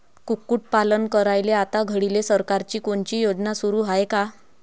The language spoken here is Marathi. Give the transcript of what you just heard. कुक्कुटपालन करायले आता घडीले सरकारची कोनची योजना सुरू हाये का?